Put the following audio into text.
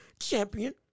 champion